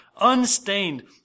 unstained